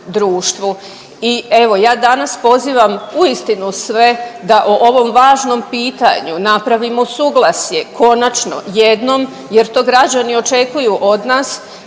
I evo ja danas pozivam uistinu sve da o ovom važnom pitanju napravimo suglasje konačno jednom jer to građani očekuju od nas